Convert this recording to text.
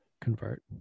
convert